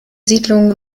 siedlung